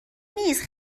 نیست